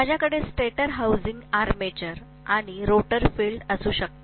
माझ्याकडे stator housing armature आणि rotor field असू शकतात